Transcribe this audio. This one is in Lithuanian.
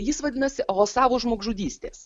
jis vadinasi osavo žmogžudystės